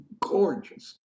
gorgeous